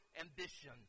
ambition